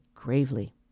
gravely